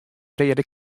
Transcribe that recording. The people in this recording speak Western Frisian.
reade